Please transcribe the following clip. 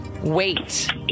Wait